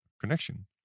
connection